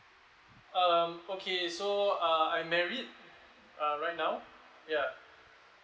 um okay so uh I'm married uh right now ya